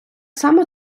само